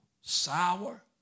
sour